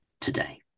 today